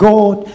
God